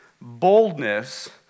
boldness